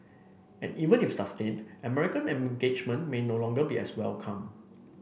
and even if sustained American engagement may no longer be as welcome